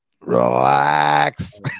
Relax